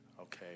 Okay